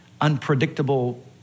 unpredictable